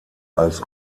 als